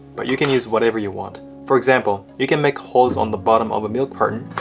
but you can use whatever you want. for example, you can make holes on the bottom of a milk carton,